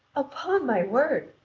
upon my word,